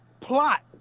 Plot